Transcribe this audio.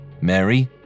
Mary